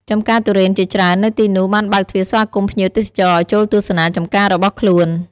ចម្ការទុរេនជាច្រើននៅទីនោះបានបើកទ្វារស្វាគមន៍ភ្ញៀវទេសចរឱ្យចូលទស្សនាចម្ការរបស់ខ្លួន។